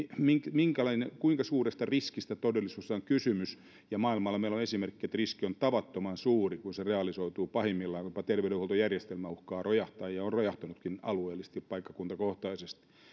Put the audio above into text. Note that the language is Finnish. kuinka suuresta riskistä todellisuudessa on kysymys maailmalla meillä on esimerkkejä että riski on tavattoman suuri kun se realisoituu pahimmillaan jopa terveydenhuoltojärjestelmä uhkaa rojahtaa ja on rojahtanutkin alueellisesti ja paikkakuntakohtaisesti